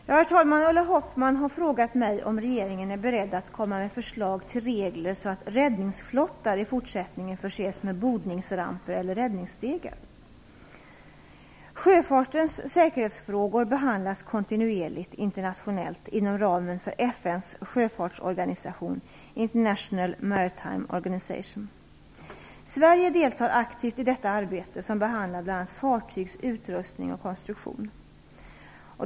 Herr talman! Ulla Hoffmann har frågat mig om regeringen är beredd att komma med förslag till regler så att räddningsflottar i fortsättningen förses med bordningsramper eller räddningsstegar. Sjöfartens säkerhetsfrågor behandlas kontinuerligt internationellt inom ramen för FN:s sjöfartsorganisation International Maritime Organization. Sverige deltar aktivt i detta arbete som behandlar bl.a. fartygs utrustning och konstruktion.